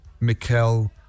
Mikel